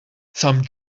some